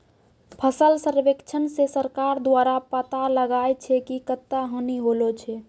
फसल सर्वेक्षण से सरकार द्वारा पाता लगाय छै कि कत्ता हानि होलो छै